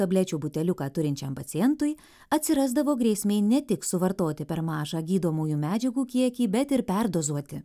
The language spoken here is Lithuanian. tablečių buteliuką turinčiam pacientui atsirasdavo grėsmė ne tik suvartoti per mažą gydomųjų medžiagų kiekį bet ir perdozuoti